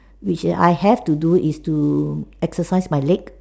which I have to do is to exercising my leg